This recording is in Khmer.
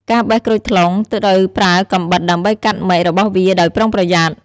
ការបេះក្រូចថ្លុងត្រូវប្រើកាំបិតដើម្បីកាត់មែករបស់វាដោយប្រុងប្រយ័ត្ន។